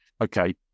okay